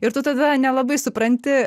ir tada nelabai supranti